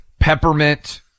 peppermint